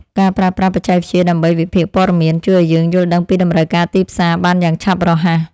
ការប្រើប្រាស់បច្ចេកវិទ្យាដើម្បីវិភាគព័ត៌មាន ជួយឱ្យយើងយល់ដឹងពីតម្រូវការទីផ្សារបានយ៉ាងឆាប់រហ័ស។